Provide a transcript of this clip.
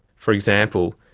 for example,